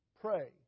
pray